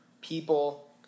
people